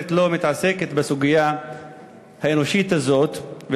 התקשורת לא מתעסקת בסוגיה האנושית הזאת,